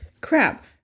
crap